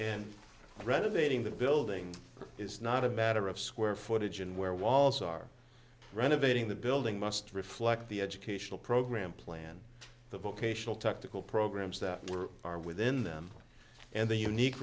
and renovating the building is not a batter of square footage and where walls are renovating the building must reflect the educational program planned the vocational technical programs that were are within them and the unique